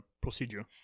procedure